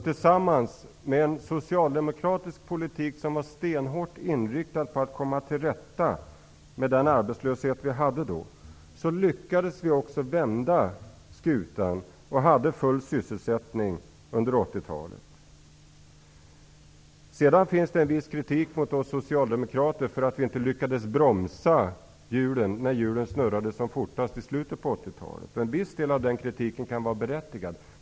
Tillsammans med en socialdemokratisk politik som var stenhårt inriktad på att komma till rätta med den arbetslöshet vi hade då, lyckades vi vända skutan och hade full sysselsättning under 1980-talet. Det finns en viss kritik mot oss socialdemokrater för att vi inte lyckades bromsa hjulen när de snurrade som fortast i slutet på 1980-talet. En viss del av den kritiken kan vara berättigad.